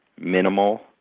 minimal